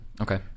Okay